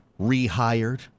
rehired